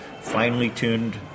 finely-tuned